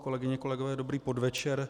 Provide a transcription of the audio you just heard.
Kolegyně, kolegové, dobrý podvečer.